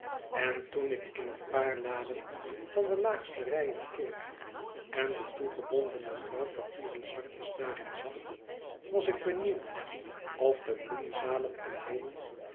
en toen ik in een paar laden van de laagste rijen keek en de toegebondene grauw papieren pakjes daarin zag was ik benieuwd of de bloemzaden en bollen